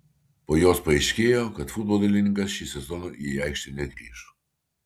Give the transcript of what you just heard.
po jos paaiškėjo kad futbolininkas šį sezoną į aikštę negrįš